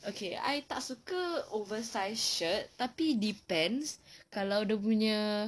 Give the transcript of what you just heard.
okay I tak suka oversized shirt tapi depends kalau dia punya